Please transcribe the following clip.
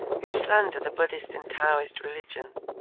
who slander the buddhist and taoist religions